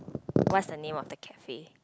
what's the name of the cafe